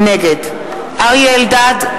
נגד אריה אלדד,